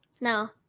No